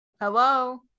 Hello